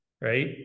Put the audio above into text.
Right